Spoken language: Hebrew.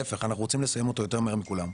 להיפך אנחנו רוצים לסיים אותו יותר מהר מכולם.